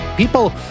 People